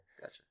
Gotcha